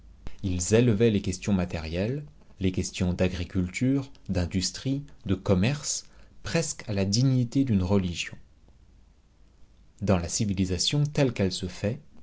ils élevaient les questions matérielles les questions d'agriculture d'industrie de commerce presque à la dignité d'une religion dans la civilisation telle qu'elle se fait